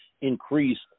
increase